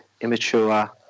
immature